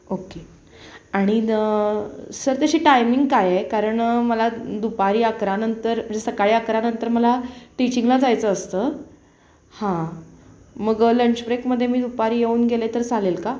okay आणि न sir त्याची टायमिंग काय आहे कारण मला दुपारी अकरानंतर सकाळी अकरानंतर मला टिचिंगला जायचं असतं हां मग लंच ब्रेकमध्ये मी दुपारी येऊन गेले तर चालेल का